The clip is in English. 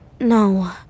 No